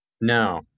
No